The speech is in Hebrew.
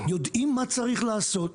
יודעים מה צריך לעשות,